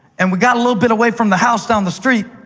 and we got a little bit away from the house down the street,